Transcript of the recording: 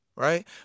Right